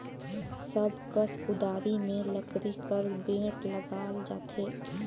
सब कस कुदारी मे लकरी कर बेठ लगाल जाथे